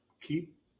keep